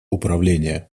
управления